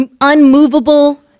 unmovable